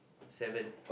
seven